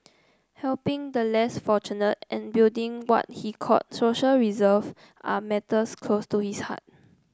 helping the less fortunate and building what he called social reserve are matters close to his heart